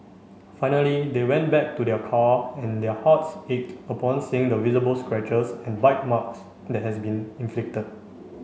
finally they went back to their car and their hearts ached upon seeing the visible scratches and bite marks that has been inflicted